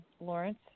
Lawrence